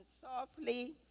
softly